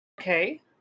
Okay